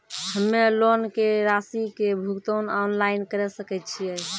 हम्मे लोन के रासि के भुगतान ऑनलाइन करे सकय छियै?